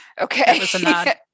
okay